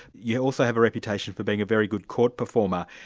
yeah also have a reputation for being a very good court performer.